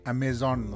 Amazon